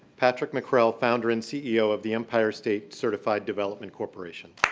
patrick mackrell, founder and ceo of the empire state certified development corporation.